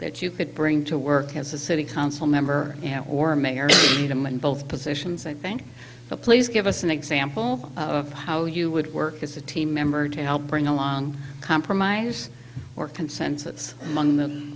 that you could bring to work as a city council member or mayor them in both positions i think to please give us an example of how you would work as a team member to help bring along compromise or consensus among the